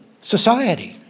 society